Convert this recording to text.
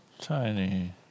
Tiny